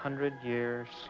hundred years